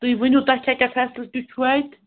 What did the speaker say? تُہۍ ؤنِو تۄہہِ کیٛاہ کیٛاہ فیسَلٹی چھُو اَتہِ